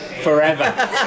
Forever